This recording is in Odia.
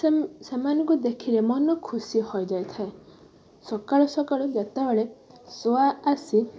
ସେମାନଙ୍କୁ ଦେଖିଲେ ମନ ଖୁସି ହୋଇଯାଇଥାଏ ସକାଳୁ ସକାଳୁ ଯେତେବେଳେ ଶୁଆ ଆସି